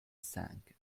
cinq